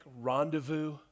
rendezvous